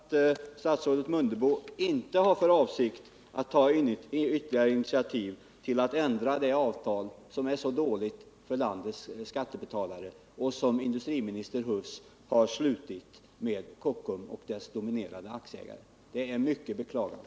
Herr talman! Jag måste konstatera att statsrådet Mundebo inte har för avsikt att ta ytterligare initiativ till att ändra det avtal som industriminister Huss har slutit med Kockums och dess dominerande aktieägare och som är så dåligt för landets skattebetalare. Det är mycket beklagligt.